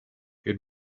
good